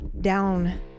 down